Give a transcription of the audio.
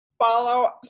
follow